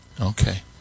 Okay